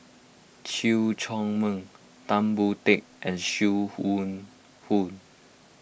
Chew Chor Meng Tan Boon Teik and Sim Wong Hoo